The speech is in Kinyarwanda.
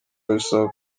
wabisanga